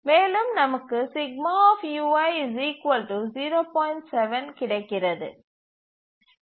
மேலும் நமக்கு கிடைக்கிறது